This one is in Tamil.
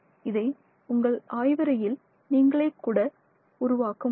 இதை உங்கள்ஆய்வறையில் நீங்களே கூட உருவாக்க முடியும்